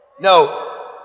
No